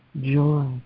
joy